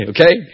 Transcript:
Okay